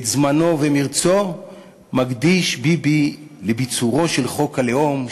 את זמנו ומרצו מקדיש ביבי לביצורו של חוק הלאום,